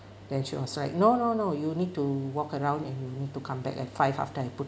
then she was like no no no you need to walk around and you need to come back at five after I put